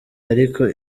ariko